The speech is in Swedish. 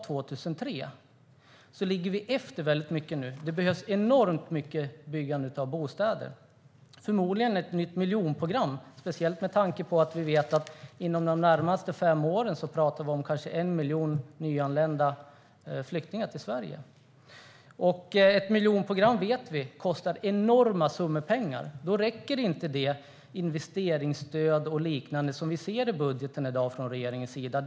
Det behövs ett enormt byggande av bostäder - förmodligen ett nytt miljonprogram - speciellt med tanke på att vi inom de närmaste åren pratar om kanske 1 miljon nyanlända flyktingar till Sverige. Vi vet att ett miljonprogram kostar enormt mycket pengar. Då räcker inte det investeringsstöd och liknande som vi ser i regeringens budget i dag.